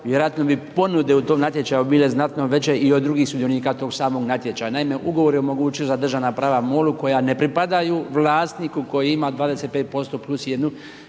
vjerojatno bi ponude u tom natječaju bile znatno veće i od drugih sudionika tog samog natječaja. Naime, ugovor je omogućio za državna prava MOL-u koja ne pripadaju vlasniku koja ima 25% plus 1